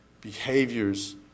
behaviors